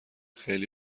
خیلی